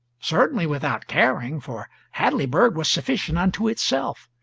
certainly without caring, for hadleyburg was sufficient unto itself,